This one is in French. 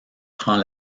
prend